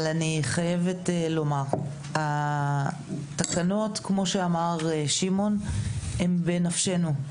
אני חייבת לומר, התקנות כמו שאמר שמעון הן בנפשנו.